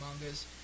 mangas